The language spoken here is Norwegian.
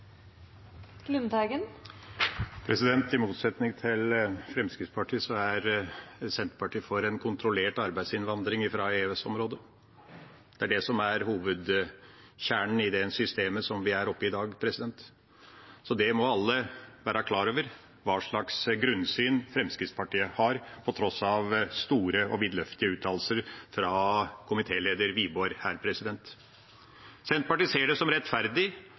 I motsetning til Fremskrittspartiet er Senterpartiet for en kontrollert arbeidsinnvandring fra EØS-området. Det er det som er kjernen i det systemet vi har i dag. Så det må alle være klar over, hva slags grunnsyn Fremskrittspartiet har, på tross av store og vidløftige uttalelser fra komitéleder Wiborg her. Senterpartiet ser det som rettferdig